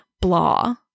blah